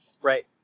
Right